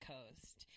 Coast